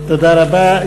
תודה רבה.